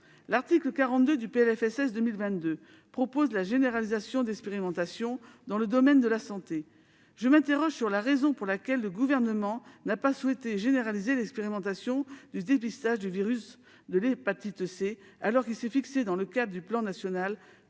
L'article 42 du PLFSS pour 2022 propose la généralisation d'expérimentations dans le domaine de la santé. Je m'interroge sur la raison pour laquelle le Gouvernement n'a pas souhaité généraliser l'expérimentation du dépistage du virus de l'hépatite C, alors qu'il s'est fixé, dans le cadre du plan national